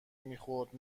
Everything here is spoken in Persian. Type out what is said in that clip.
میخورد